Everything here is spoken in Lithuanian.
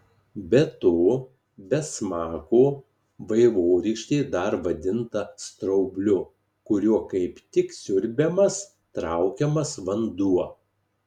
be to be smako vaivorykštė dar vadinta straubliu kuriuo kaip tik siurbiamas traukiamas vanduo